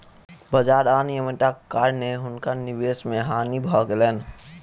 बाजार अनियमित्ताक कारणेँ हुनका निवेश मे हानि भ गेलैन